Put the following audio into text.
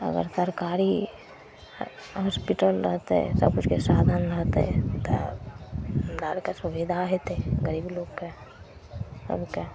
अगर सरकारी हॉसपिटल रहतै सबकिछुके साधन रहतै तऽ हमरा आओरकेँ सुविधा हेतै गरीब लोककेँ सभकेँ